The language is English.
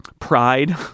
pride